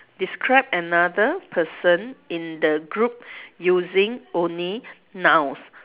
describe another person in the group using only nouns